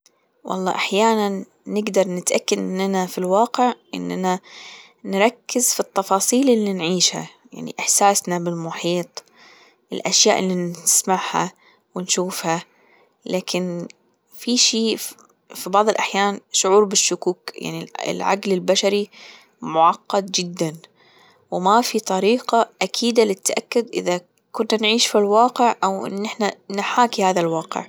والله أحيانا نقدر نتأكد إننا في الواقع إننا نركز في التفاصيل اللي نعيشها يعني إحساسنا بالمحيط، الأشياء اللي نسمعها ونشوفها لكن في شيء في بعض الأحيان شعور بالشكوك يعني العجل البشري معقد جدا وما في طريقة أكيدة للتأكد إذا كنا نعيش في الواقع أو إن إحنا نحاكي هذا الواقع.